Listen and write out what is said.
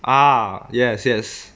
ah yes yes